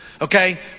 Okay